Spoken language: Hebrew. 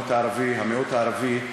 המיעוט הערבי.